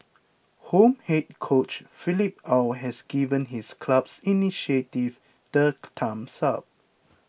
home head coach Philippe Aw has given his club's initiative the thumbs up